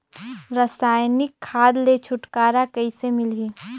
रसायनिक खाद ले छुटकारा कइसे मिलही?